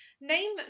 name